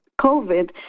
COVID